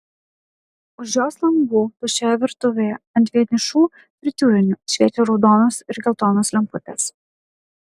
už jos langų tuščioje virtuvėje ant vienišų fritiūrinių šviečia raudonos ir geltonos lemputės